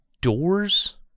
doors